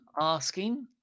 asking